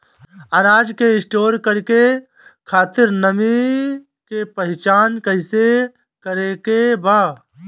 अनाज के स्टोर करके खातिर नमी के पहचान कैसे करेके बा?